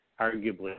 arguably